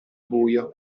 buio